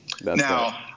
Now